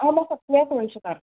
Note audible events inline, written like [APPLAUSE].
অঁ মই [UNINTELLIGIBLE] কৰিছোঁ কাম